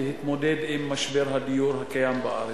התמודדות עם משבר הדיור הקיים בארץ.